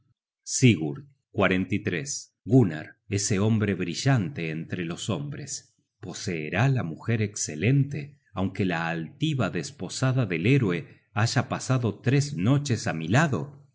propio sigurd gunnar ese hombre brillante entre los hombres poseerá la mujer escelente aunque la altiva desposada del héroe haya pasado tres noches á mi lado